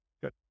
Good